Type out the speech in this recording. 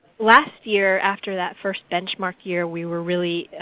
last year after that first benchmark year, we were really